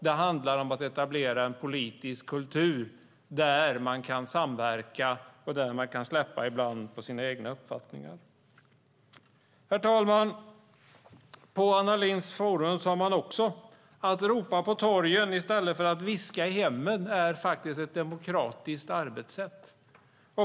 Det handlar om att etablera en politisk kultur där man kan samverka och där man ibland kan släppa på sina egna uppfattningar. Herr talman! På Anna Lindh Forum talade man om att det är ett demokratiskt arbetssätt att ropa på torgen i stället för att viska i hemmen.